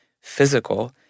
physical